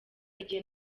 igihe